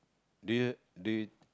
do you do you